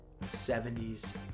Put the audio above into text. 70s